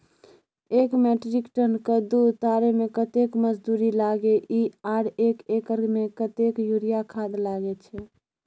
एक metric ton कद्दू उतारे में कतेक मजदूरी लागे इ आर एक एकर में कतेक यूरिया खाद लागे छै?